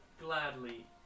gladly